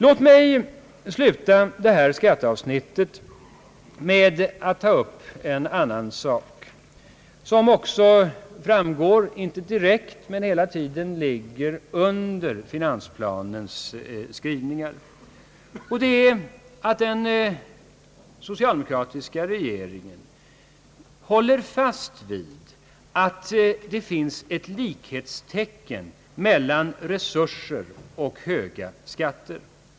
Låt mig sluta detta skatteavsnitt med att ta upp en annan sak, som inte framgår direkt av finansplanen men som hela tiden ligger under finansplanens skrivningar. Det är att den socialdemokratiska regeringen håller fast vid att det finns ett likhetstecken mellan resurser och höga skatter.